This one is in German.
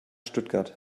stuttgart